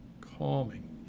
calming